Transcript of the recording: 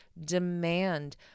demand